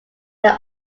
there